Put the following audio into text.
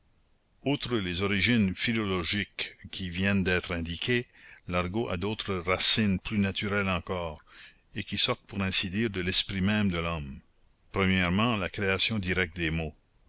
outre les origines philologiques qui viennent d'être indiquées l'argot a d'autres racines plus naturelles encore et qui sortent pour ainsi dire de l'esprit même de l'homme premièrement la création directe des mots